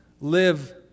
live